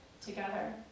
together